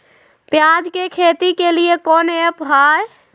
प्याज के खेती के लिए कौन ऐप हाय?